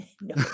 No